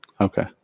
Okay